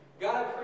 God